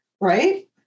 Right